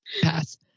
Pass